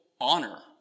honor